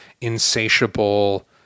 insatiable